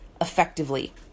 effectively